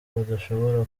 badashobora